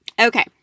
Okay